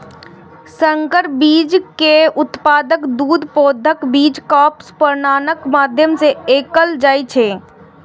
संकर बीज के उत्पादन दू पौधाक बीच क्रॉस परागणक माध्यम सं कैल जाइ छै